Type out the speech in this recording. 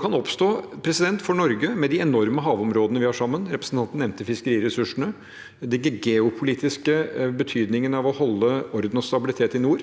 kan oppstå for Norge, med de enorme havområdene vi har sammen – representanten nevnte fiskeriressursene. Det er av geopolitisk betydning å holde orden og stabilitet i nord.